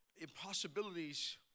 impossibilities